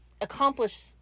accomplish